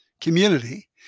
community